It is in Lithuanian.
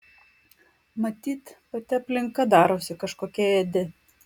matyt pati aplinka darosi kažkokia ėdi